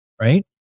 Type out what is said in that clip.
right